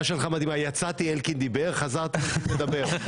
יצאתי אלקין דיבר, חזרתי אלקין מדבר.